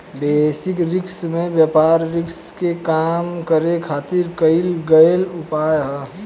basis risk में व्यापारिक risk के कम करे खातिर कईल गयेल उपाय ह